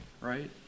right